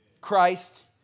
Christ